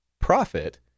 Profit